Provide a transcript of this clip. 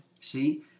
See